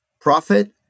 profit